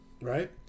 right